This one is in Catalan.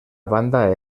banda